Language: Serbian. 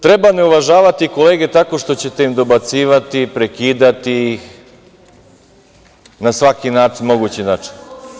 Treba me uvažavati, kolege, tako što ćete im dobacivati, prekidati ih na svaki mogući način.